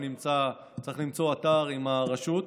צריך למצוא אתר עם הרשות.